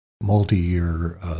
Multi-year